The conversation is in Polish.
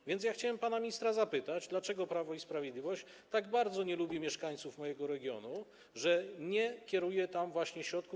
A więc chciałem pana ministra zapytać, dlaczego Prawo i Sprawiedliwość tak bardzo nie lubi mieszkańców mojego regionu, że nie kieruje tam właśnie środków.